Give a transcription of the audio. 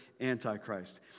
Antichrist